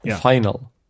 Final